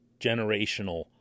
generational